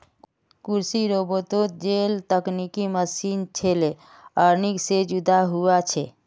कृषि रोबोतोत जेल तकनिकी मशीन छे लेअर्निंग से जुदा हुआ छे